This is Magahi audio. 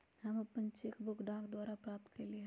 हम अपन चेक बुक डाक द्वारा प्राप्त कईली ह